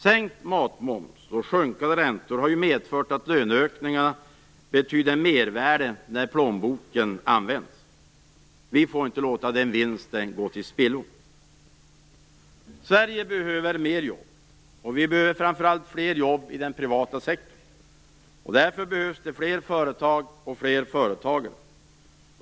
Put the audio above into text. Sänkt matmoms och sjunkande räntor har medfört att löneökningarna betyder mervärde när plånboken används. Vi får inte låta den vinsten gå till spillo. Sverige behöver fler jobb. Vi behöver framför allt fler jobb i den privata sektorn. Därför behövs det fler företag och fler företagare.